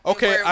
Okay